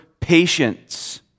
patience